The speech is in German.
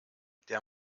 der